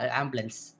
ambulance